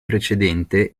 precedente